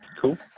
cool